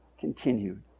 continued